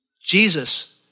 Jesus